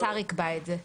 השר יקבע את זה.